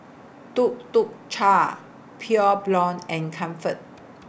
Tuk Tuk Cha Pure Blonde and Comfort